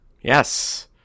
Yes